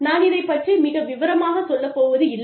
நான் இதைப் பற்றி மிக விவரமாக சொல்லப் போவதில்லை